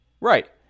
Right